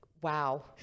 wow